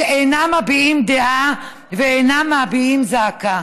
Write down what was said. שאינם מביעים דעה ואינם מביעים זעקה.